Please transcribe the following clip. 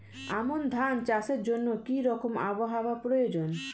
আমন ধান চাষের জন্য কি রকম আবহাওয়া প্রয়োজন?